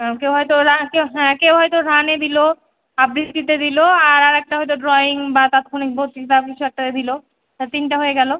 হ্যাঁ কেউ হয়তো রা কেও হ্যাঁ কেউ হয়তো রানে দিলো আবৃতিতে দিলো আর একটা হয়তো ড্রইং বা তাৎক্ষণিক বক্তৃতা কিছু একটাতে দিল তা তিনটা হয়ে গেল